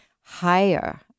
higher